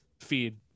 feed